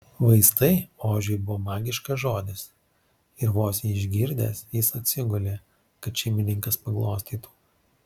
vaistai ožiui buvo magiškas žodis ir vos jį išgirdęs jis atsigulė kad šeimininkas paglostytų